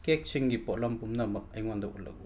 ꯀꯦꯛꯁꯤꯡꯒꯤ ꯄꯣꯠꯂꯝ ꯄꯨꯝꯅꯃꯛ ꯑꯩꯉꯣꯟꯗ ꯎꯠꯂꯛꯎ